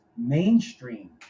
mainstream